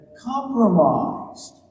compromised